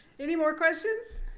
any more questions?